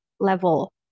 level